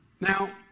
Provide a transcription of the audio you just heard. Now